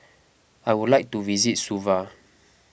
I would like to visit Suva